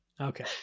Okay